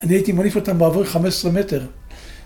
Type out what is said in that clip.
‫אני הייתי מניף אותם באוויר 15 מטר.